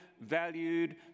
valued